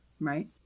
right